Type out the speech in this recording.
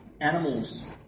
animals